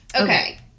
Okay